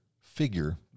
figure